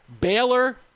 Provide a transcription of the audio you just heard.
Baylor